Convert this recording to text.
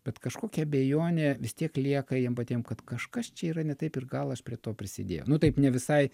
bet kažkokia abejonė vis tiek lieka jiem patiem kad kažkas čia yra ne taip ir gal aš prie to prisidėjau nu taip ne visai